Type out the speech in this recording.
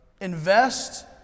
Invest